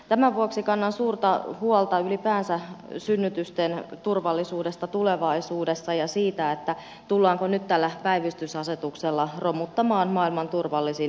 tämän vuoksi kannan suurta huolta ylipäänsä synnytysten turvallisuudesta tulevaisuu dessa ja siitä tullaanko nyt tällä päivystysasetuksella romuttamaan maailman turvallisin synnytyskulttuuri